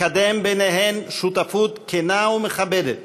לקדם ביניהן שותפות כנה ומכבדת